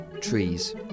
trees